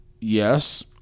Yes